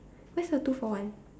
where's the two for one